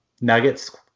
Nuggets